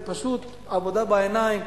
זה פשוט עבודה בעיניים.